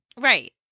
Right